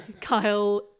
kyle